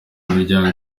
imiryango